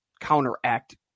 counteract